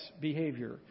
behavior